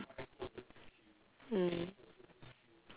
mm